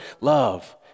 Love